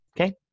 okay